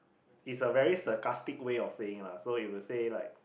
is a very sarcastic way of saying lah so it will say like